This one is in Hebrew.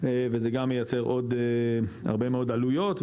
וזה גם מייצר עוד הרבה מאוד עלויות,